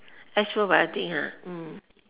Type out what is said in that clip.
S probiotic ah